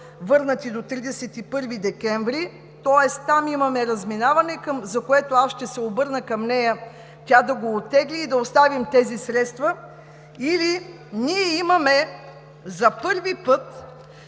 върнати до 31 декември, тоест там имаме разминаване, за което аз ще се обърна към нея да го оттегли и да оставим тези средства, или за първи път